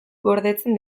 gordetzen